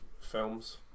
films